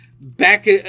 back